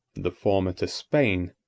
the former to spain,